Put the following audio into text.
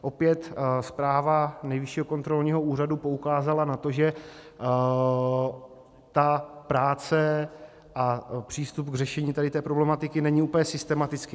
Opět zpráva Nejvyššího kontrolního úřadu poukázala na to, že ta práce, přístup k řešení této problematiky není úplně systematický.